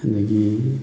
ꯑꯗꯒꯤ